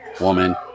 woman